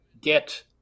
get